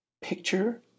picture